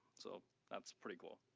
so that's pretty cool.